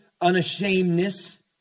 unashamedness